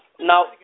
now